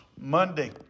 Monday